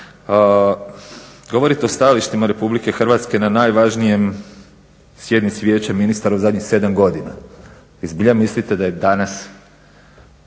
Govorite o stajalištima RH na najvažnijoj sjednici Vijeća ministara u zadnjih 7 godina. Vi zbilja mislite da je danas